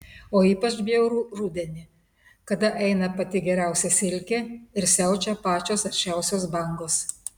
o ypač bjauru rudenį kada eina pati geriausia silkė ir siaučia pačios aršiausios bangos